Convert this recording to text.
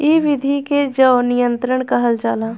इ विधि के जैव नियंत्रण कहल जाला